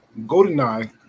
GoldenEye